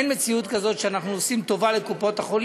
אין מציאות כזאת שאנחנו עושים טובה לקופות-החולים,